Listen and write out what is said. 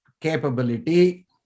capability